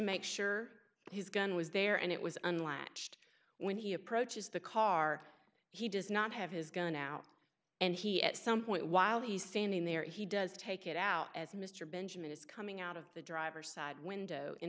make sure his gun was there and it was unlatched when he approaches the car he does not have his gun out and he at some point while he's standing there he does take it out as mr benjamin is coming out of the driver's side window in